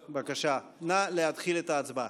בבקשה, נא להתחיל את ההצבעה.